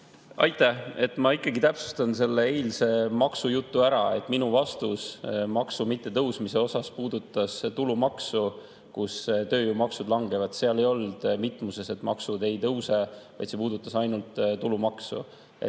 Aitäh! Ma ikkagi täpsustan seda eilset maksujuttu. Minu vastus maksu mittetõusmise kohta puudutas tulumaksu, kus tööjõumaksud langevad. Seal ei olnud mitmuses, et maksud ei tõuse, vaid see puudutas ainult tulumaksu.